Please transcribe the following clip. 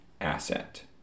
asset